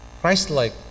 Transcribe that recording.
Christ-like